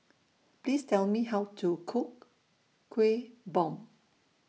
Please Tell Me How to Cook Kuih Bom